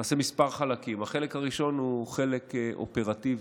החלק הראשון הוא חלק אופרטיבי,